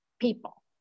people